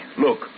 Look